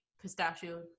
pistachio